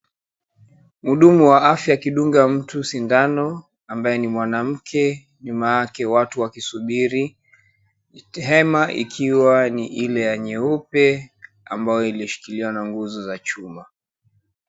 Mhudumu wa afya akidunga mtu sindano ambaye ni mwanamke. Nyuma yake watu wakisubiri, hema ikiwa ile ya nyeupe ambayo ilishikiliwa na nguzo za chuma.